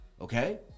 Okay